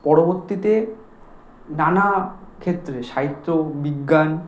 পরবর্তীতে নানা ক্ষেত্রে সাহিত্য বিজ্ঞান